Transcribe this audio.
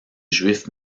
juifs